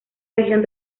región